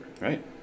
Right